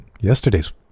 Yesterday's